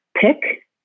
pick